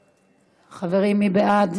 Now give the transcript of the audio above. חברים, מי בעד?